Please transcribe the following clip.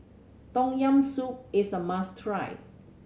Tom Yam Soup is a must try